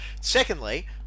Secondly